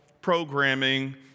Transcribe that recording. programming